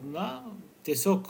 na tiesiog